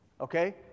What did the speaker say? Okay